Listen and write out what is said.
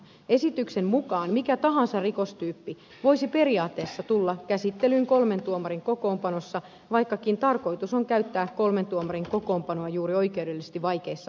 esityksen mukaan mikä tahansa rikostyyppi voisi periaatteessa tulla käsittelyyn kolmen tuomarin kokoonpanossa vaikkakin tarkoitus on käyttää kolmen tuomarin kokoonpanoa juuri oikeudellisesti vaikeissa asioissa